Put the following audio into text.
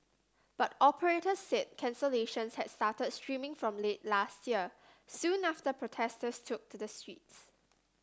but operators said cancellations had started streaming from late last year soon after protesters took to the streets